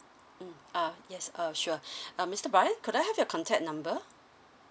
mm ah yes uh sure uh mister brian could I have your contact number